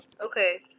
okay